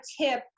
tip